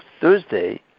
Thursday